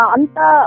Anta